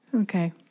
Okay